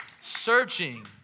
searching